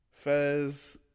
Fez